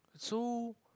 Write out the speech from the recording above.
so